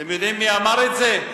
אתם יודעים מי אמר את זה?